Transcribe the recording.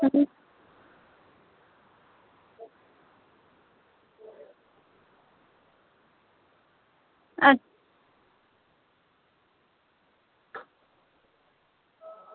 अच्छा